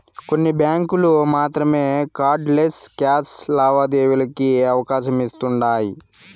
కొన్ని బ్యాంకులు మాత్రమే కార్డ్ లెస్ క్యాష్ లావాదేవీలకి అవకాశమిస్తుండాయ్